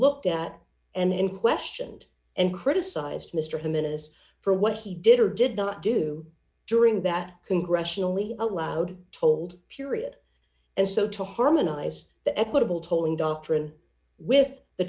looked at and in questioned and criticized mr him in as for what he did or did not do during that congressionally allowed told period and so to harmonize the equitable tolling doctrine with the